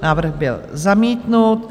Návrh byl zamítnut.